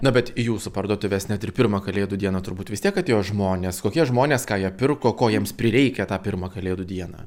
na bet į jūsų parduotuves net ir pirmą kalėdų dieną turbūt vis tiek atėjo žmonės kokie žmonės ką jie pirko ko jiems prireikia tą pirmą kalėdų dieną